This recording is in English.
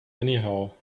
anyhow